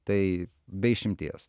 tai be išimties